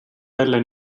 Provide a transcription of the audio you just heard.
jälle